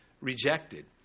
rejected